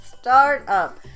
startup